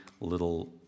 little